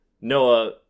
Noah